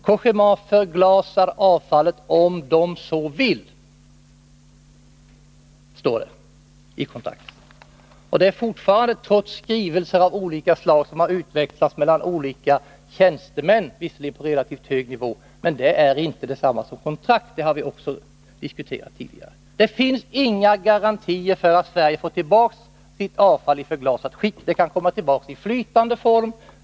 Cogéma förglasar avfallet om Cogéma så vill, står det i kontraktet. Det är fortfarande så, trots de skrivelser av olika slag som har utväxlats mellan tjänstemän på relativt hög nivå. Skrivelser är inte detsamma som kontrakt — det har vi diskuterat tidigare. Det finns inte några garantier för att Sverige får tillbaka sitt avfall i förglasat skick. Det kan lika gärna komma tillbaka i flytande form.